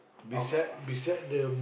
oh